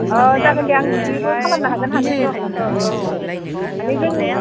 अ जागोन दे आं बिदिबो खालामनो हागोन हानायाथ' माने जों